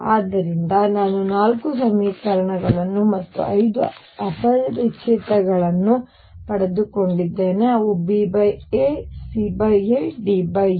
ಆದ್ದರಿಂದ ನಾನು ನಾಲ್ಕು ಸಮೀಕರಣಗಳನ್ನು ಮತ್ತು ಐದು ಅಪರಿಚಿತರನ್ನು ಪಡೆದುಕೊಂಡಿದ್ದೇನೆಅವು BA CA DA